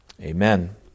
Amen